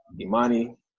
Imani